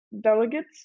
delegates